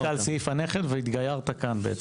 התגיירת כאן.